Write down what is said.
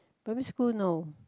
primary school no